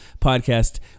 podcast